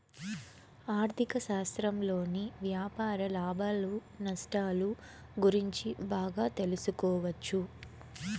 ఆర్ధిక శాస్త్రంలోని వ్యాపార లాభాలు నష్టాలు గురించి బాగా తెలుసుకోవచ్చు